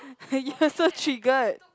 you're so triggered